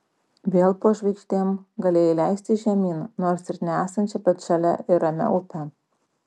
vėl po žvaigždėm galėjai leistis žemyn nors ir nesančia bet žalia ir ramia upe